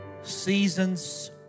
Seasons